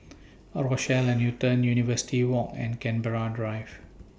A Rochelle At Newton University Walk and Canberra Drive